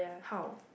how